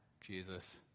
Jesus